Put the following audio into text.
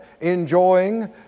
enjoying